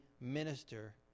minister